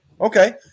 okay